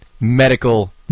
medical